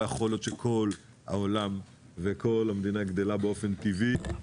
לא יכול להיות שכל העולם וכל המדינה גדלה באופן טבעי,